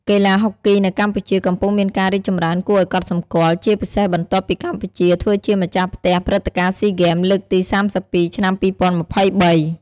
កីឡាហុកគីនៅកម្ពុជា កំពុងមានការរីកចម្រើនគួរឲ្យកត់សម្គាល់ ជាពិសេសបន្ទាប់ពីកម្ពុជាធ្វើជាម្ចាស់ផ្ទះព្រឹត្តិការណ៍ស៊ីហ្គេម លើកទី៣២ ឆ្នាំ២០២៣។